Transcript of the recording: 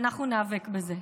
ואנחנו ניאבק בזה.